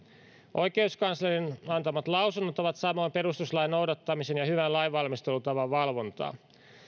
oikeuskanslerin antamat lausunnot ovat samalla perustuslain noudattamisen ja hyvän lainvalmistelutavan valvontaa